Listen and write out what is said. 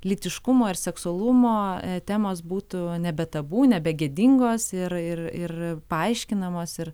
lytiškumo ir seksualumo temos būtų nebe tabu nebe gėdingos ir ir ir paaiškinamos ir